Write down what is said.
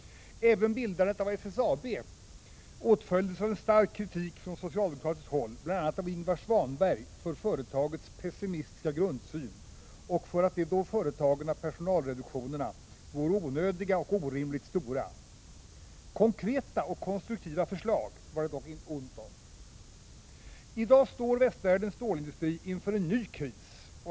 Även bildandet av SSAB åtföljdes av en stark kritik från socialdemokratiskt håll, bl.a. av Ingvar Svanberg, för att företaget hade en pessimistisk grundsyn och för att de då företagna personalreduktionerna var onödiga och orimligt stora. Konkreta och konstruktiva förslag var det dock ont om. I dag står västvärldens stålindustri inför en ny kris.